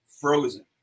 frozen